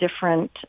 different